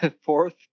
fourth